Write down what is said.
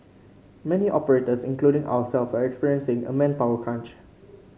many operators including ourselves are experiencing a manpower crunch